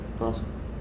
Awesome